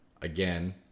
again